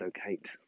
locate